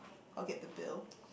I'll get the bill